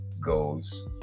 goes